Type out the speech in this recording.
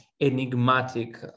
enigmatic